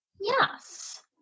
Yes